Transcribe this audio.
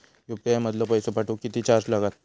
UPI मधलो पैसो पाठवुक किती चार्ज लागात?